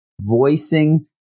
voicing